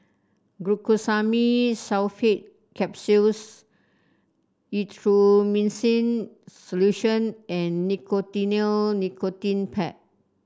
Glucosamine Sulfate Capsules Erythroymycin Solution and Nicotinell Nicotine Patch